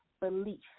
Belief